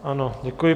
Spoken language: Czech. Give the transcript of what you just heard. Ano, děkuji.